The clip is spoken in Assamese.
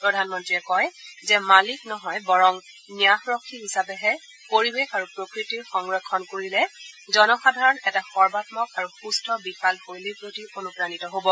প্ৰধানমন্ত্ৰীয়ে কয় যে মালিক নহয় বৰং ন্যাসৰক্ষী হিচাপেহে পৰিৱেশ আৰু প্ৰকৃতিৰ সংৰক্ষণ কৰিলেহে জনসাধাৰণ এটা সৰ্বামক আৰু সুস্থ জীৱন শৈলীৰ প্ৰতি অনুপ্ৰাণিত হ'ব